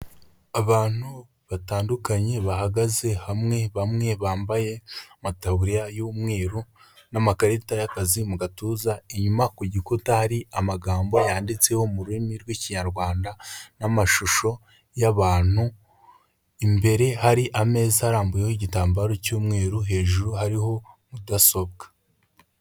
Abantu batandukanye bahagaze hamwe, bamwe bambaye amataburiya y'umweru n'amakarita y'akazi mu gatuza, inyuma ku gikuta hari amagambo yanditseho mu rurimi rw'Ikinyarwanda n'amashusho y'abantu, imbere hari ameza arambuyeho igitambaro cy'umweru, hejuru hariho mudasobwa.